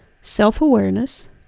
self-awareness